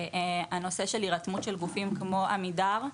הנושא של הירתמות של גופים כמו עמידר.